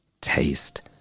taste